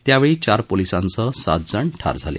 त्यावेळी चार पोलिसांसह सातजण ठार झाले